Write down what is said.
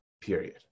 period